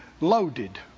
loaded